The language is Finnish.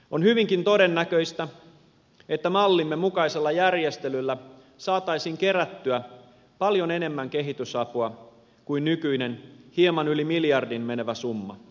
on hyvinkin todennäköistä että mallimme mukaisella järjestelyllä saataisiin kerättyä paljon enemmän kehitysapua kuin nykyinen hieman yli miljardin menevä summa